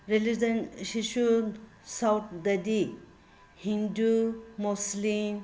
ꯔꯤꯂꯤꯖꯟꯁꯤꯁꯨ ꯁꯥꯎꯠꯇꯗꯤ ꯍꯤꯟꯗꯨ ꯃꯨꯁꯂꯤꯝ